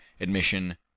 Admission